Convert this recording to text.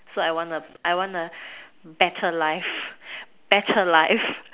so I want a I want a better life better life